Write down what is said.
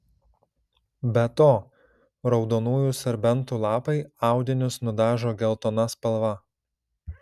be to raudonųjų serbentų lapai audinius nudažo geltona spalva